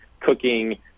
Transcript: cooking